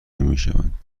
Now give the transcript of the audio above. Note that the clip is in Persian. نمیشوند